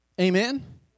Amen